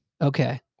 okay